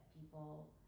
people